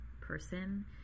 person